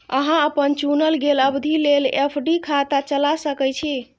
अहां अपन चुनल गेल अवधि लेल एफ.डी खाता चला सकै छी